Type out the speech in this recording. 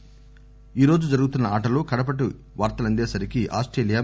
కాగా ఈ రోజు జరుగుతున్న ఆటలో కడపటి వార్తలందేసరికి ఆస్టేలియా